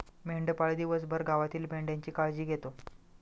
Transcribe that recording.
मेंढपाळ दिवसभर गावातील मेंढ्यांची काळजी घेतो